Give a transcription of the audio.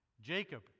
Jacob